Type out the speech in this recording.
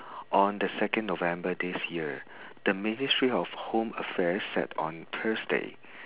on the second november this year the ministry of home affairs said on thursday